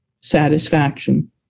satisfaction